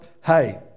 hey